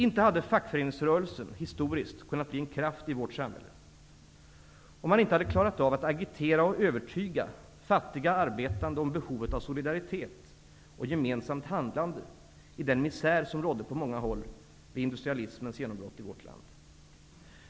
Inte hade fackföreningsrörelsen historiskt kunnat bli en kraft i vårt samhälle om man inte hade klarat av att agitera och övertyga fattiga arbetande om behovet av solidaritet och gemensamt handlande i den misär som rådde på många håll vid industrialismens genombrott i vårt land.